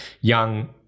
young